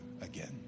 again